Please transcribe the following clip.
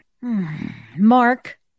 Mark